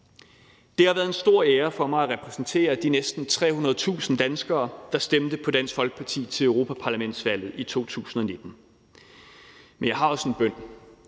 Det har været en stor ære for mig at repræsentere de næsten 300.000 danskere, der stemte på Dansk Folkeparti til europaparlamentsvalget i 2019. Men jeg har også en bøn.